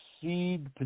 seed